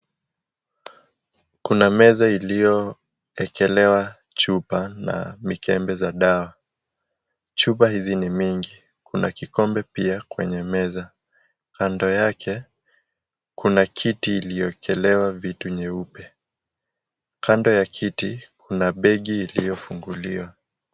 Kuna meza iliyowekelewa chupa na mikebe ya dawa. Chupa hizi ni mingi. Kuna vikombe pia kwenye meza. Kando yake, kuna kiti iliyowekelewa vitu nyeupe. Kando ya kiti, kuna begi iliyofunguliwa.